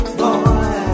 boy